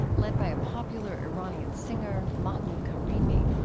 led by a popular iranian singer, mahmoud karimi,